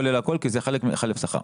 כולל הכול כי זה חלק מחלף שכר.